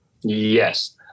Yes